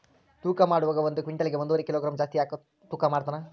ತೂಕಮಾಡುವಾಗ ಒಂದು ಕ್ವಿಂಟಾಲ್ ಗೆ ಒಂದುವರಿ ಕಿಲೋಗ್ರಾಂ ಜಾಸ್ತಿ ಯಾಕ ತೂಗ್ತಾನ ರೇ?